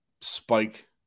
spike